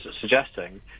suggesting